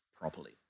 properly